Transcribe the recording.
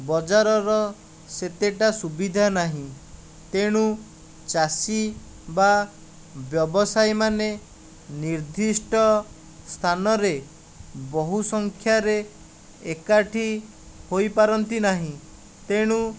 ବଜାରର ସେତେଟା ସୁବିଧା ନାହିଁ ତେଣୁ ଚାଷୀ ବା ବ୍ୟବସାୟୀମାନେ ନିର୍ଦ୍ଧିଷ୍ଟ ସ୍ଥାନରେ ବହୁ ସଂଖ୍ୟାରେ ଏକାଠି ହୋଇପାରନ୍ତି ନାହିଁ ତେଣୁ